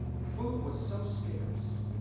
food was so scarce